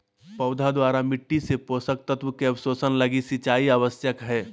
पौधा द्वारा मिट्टी से पोषक तत्व के अवशोषण लगी सिंचाई आवश्यक हइ